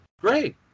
great